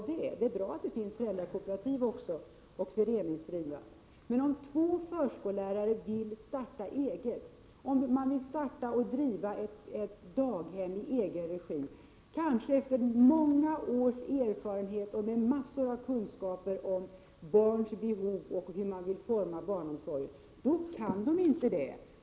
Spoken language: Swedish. Det är också bra att det finns föräldrakooperativ och föreningsdrivna daghem. Men om två förskollärare vill starta eget, vill driva ett daghem i egen regi — kanske efter många års erfarenhet och med massor av kunskaper om barns behov och om hur man vill forma barnomsorgen — kan de inte det.